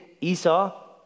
Esau